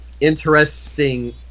interesting